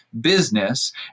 business